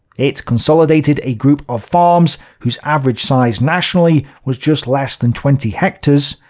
it consolidated a group of farms whose average size nationally was just less than twenty hectares,